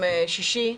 ביום שישי.